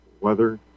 weather